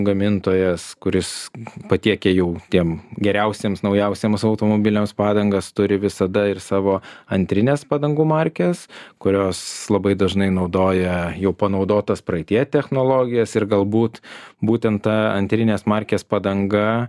gamintojas kuris patiekia jau tiem geriausiems naujausiems automobiliams padangas turi visada ir savo antrines padangų markes kurios labai dažnai naudoja jau panaudotas praeityje technologijas ir galbūt būtent ta antrinės markės padanga